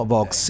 Vox